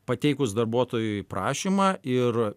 pateikus darbuotojui prašymą ir